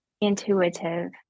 intuitive